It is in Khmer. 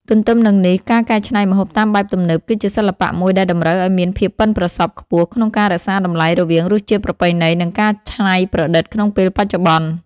ទន្ទឹមនឹងនេះ ការកែច្នៃម្ហូបតាមបែបទំនើប គឺជាសិល្បៈមួយដែលតម្រូវឲ្យមានភាពប៉ិនប្រសប់ខ្ពស់ក្នុងការរក្សាតម្លៃរវាងរសជាតិប្រពៃណី និងការថ្នៃប្រឌិតក្នុងពេលបច្ចុប្បន្ន។